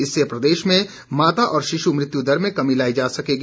इससे प्रदेश में माता और शिशु मृत्यु दर में कमी लाई जा सकेगी